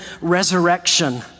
resurrection